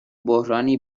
بحرانی